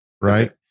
right